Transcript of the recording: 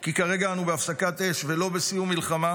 כי כרגע אנו בהפסקת אש ולא בסיום מלחמה,